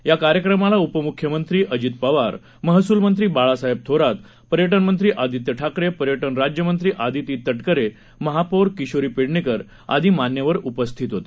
या कार्यक्रमाला उपमुख्यमंत्री अजित पवार महसूलमंत्री बाळासाहेब थोरात पर्यटनमंत्री आदित्य ठाकरे पर्यटन राज्यमंत्री आदिती तटकरे महापौर किशोरी पेडणेकर आदी मान्यवर उपस्थित होते